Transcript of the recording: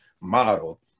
model